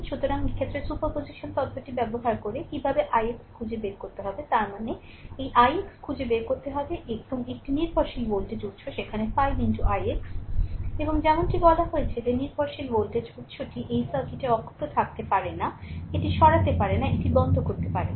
সুতরাং এক্ষেত্রে সুপারপজিশন তত্ত্বটি ব্যবহার করে ix কী তা খুঁজে বের করতে হবে তার মানে এই ix খুঁজে বের করতে হবে এবং একটি নির্ভরশীল ভোল্টেজ উত্স সেখানে 5 ix এবং যেমনটি বলা হয়েছে যে নির্ভরশীল ভোল্টেজ উত্সটি এটি সার্কিটে অক্ষত থাকতে পারে না এটি সরাতে পারে না এটি বন্ধ করতে পারে না